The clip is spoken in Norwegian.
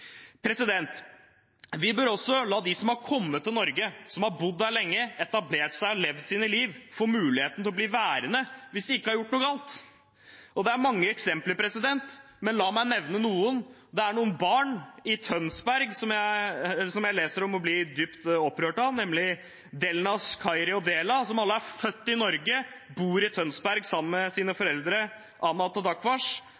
Vi bør også la dem som har kommet til Norge, som har bodd her lenge, etablert seg og levd sitt liv her, få muligheten til å bli værende hvis de ikke har gjort noe galt. Det er mange eksempler, men la meg nevne noen. Jeg har lest om noen barn i Tønsberg, og det gjør meg dypt opprørt, nemlig Delnaz, Khairi og Della. De er alle født i Norge og bor i Tønsberg sammen med sine